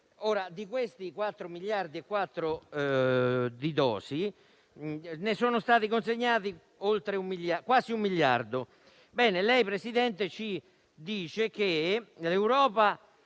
Di queste 4,4 miliardi di dosi ne sono state consegnate quasi un miliardo.